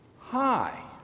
hi